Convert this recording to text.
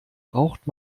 braucht